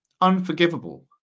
Unforgivable